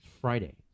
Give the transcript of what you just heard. Friday